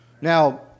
Now